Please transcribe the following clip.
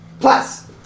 Plus